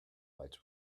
lights